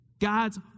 God's